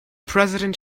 president